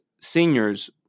seniors